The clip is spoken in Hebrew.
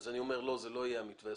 אז אני אומר: לא, זה לא יהיה המתווה הסופי.